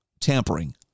tampering